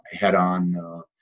head-on